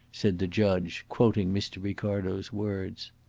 said the judge quoting mr. ricardo's words.